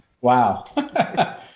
Wow